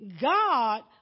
God